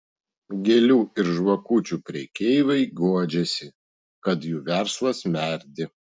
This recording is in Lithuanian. gėlių ir žvakučių prekeiviai guodžiasi kad jų verslas merdi